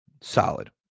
solid